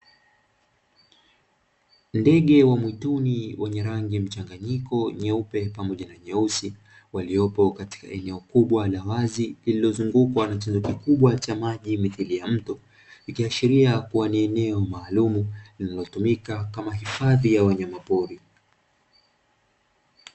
Ndege wa mwituni wenye rangi mchanganyiko (nyeupe pamoja na yeusi) waliopo katika eneo kubwa la wazi lililozungukwa na chanzo kikubwa cha maji mithili ya mto, ikiashiria kuwa ni eneo maalumu lililotumika kama hifadhi ya wanyama pori.